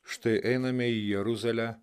štai einame į jeruzalę